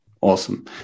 Awesome